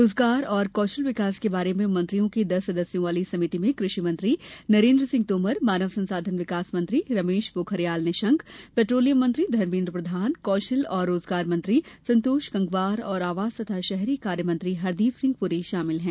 रोजगार और कौशल विकास के बारे में मंत्रियों की दस सदस्यों वाली समिति में कृषि मंत्री नरेंद्र सिंह तोमर मानव संसाधन विकास मंत्री रमेश पोखरियाल निशंक पेट्रोलियम मंत्री धर्मेद्र प्रधान कौशल और रोजगार मंत्री संतोष गंगवार और आवास तथा शहरी कार्य मंत्री हरदीप सिंह पुरी शमिल हैं